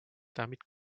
damit